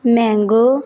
mango